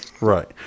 Right